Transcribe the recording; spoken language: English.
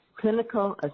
clinical